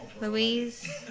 Louise